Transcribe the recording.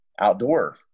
outdoor